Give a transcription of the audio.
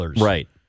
Right